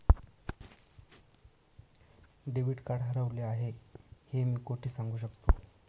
Debit card हरवले आहे हे मी कोठे सांगू शकतो?